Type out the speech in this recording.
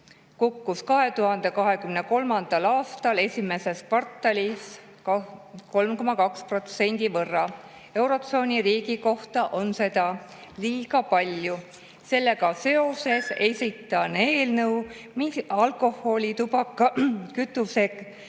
kukkus 2023. aastal esimeses kvartalis 3,2% võrra. Eurotsooni riigi kohta on seda liiga palju. Sellega seoses esitan alkoholi‑, tubaka‑, kütuse‑